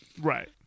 right